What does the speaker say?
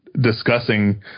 discussing